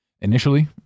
Initially